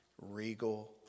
regal